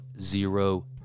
zero